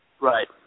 Right